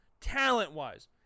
Talent-wise